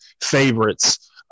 favorites